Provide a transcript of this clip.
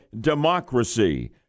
democracy